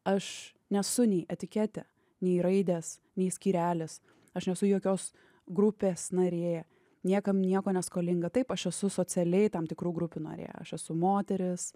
aš nesu nei etiketė nei raidės nei skyrelis aš nesu jokios grupės narė niekam nieko neskolinga taip aš esu socialiai tam tikrų grupių narė aš esu moteris